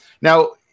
Now